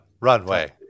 runway